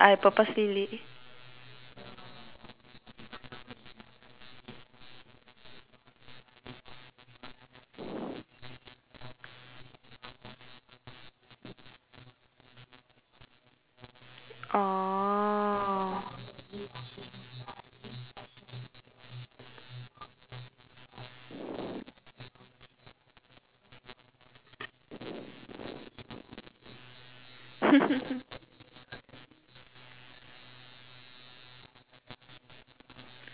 oh